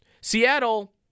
Seattle